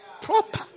proper